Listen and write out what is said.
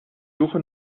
suche